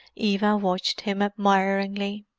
eva watched him admiringly.